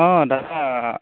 অঁ দাদা